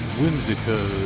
whimsical